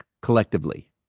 collectively